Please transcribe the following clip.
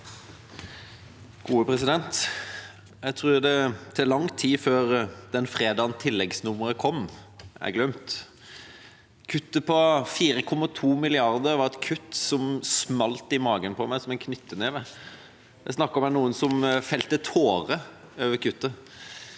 Jeg tror det tar lang tid før fredagen tilleggsnummeret kom, blir glemt. Kuttet på 4,2 mrd. kr var et kutt som smalt i magen på meg som en knyttneve. Jeg snakket med noen som felte tårer over kuttet,